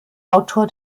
autor